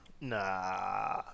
nah